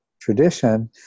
tradition